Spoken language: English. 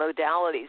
modalities